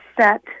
set